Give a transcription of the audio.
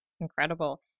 Incredible